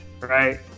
right